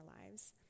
lives